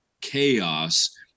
chaos